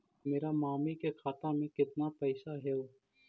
मेरा मामी के खाता में कितना पैसा हेउ?